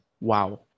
wow